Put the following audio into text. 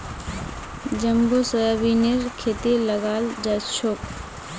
jumbo सोयाबीनेर खेती लगाल छोक